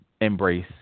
embrace